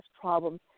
problems